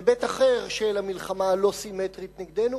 היבט אחר של המלחמה הלא-סימטרית נגדנו,